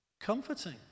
Comforting